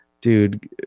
Dude